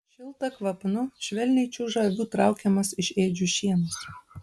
šilta kvapnu švelniai čiuža avių traukiamas iš ėdžių šienas